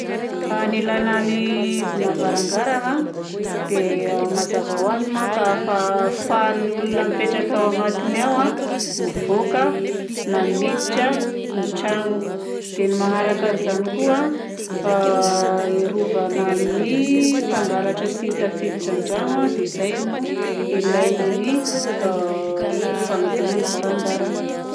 A ny ilaina ny hidigna varangarana a dia mazava ho azy manko fa ahafahan'ny olona mipetraka ao agnatiny ao mivoaka na miditra ny tragno. Dia ny manaraka an'izany koa hiarovana amin'ny mpangalatra tsy ho tafiditra an-dragno a. Dia izay no ilaina ny a fanidiana ny varangarana.